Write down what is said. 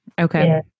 okay